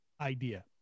idea